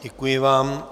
Děkuji vám.